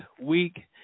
week